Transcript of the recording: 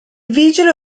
vigile